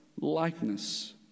likeness